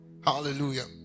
Hallelujah